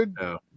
no